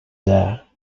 there